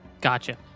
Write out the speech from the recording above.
Gotcha